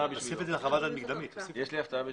יש לי הפתעה בשבילך.